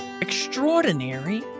extraordinary